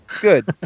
Good